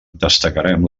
destacarem